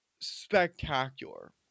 spectacular